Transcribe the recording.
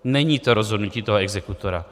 Není to rozhodnutí toho exekutora.